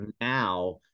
Now